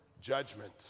judgment